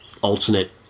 alternate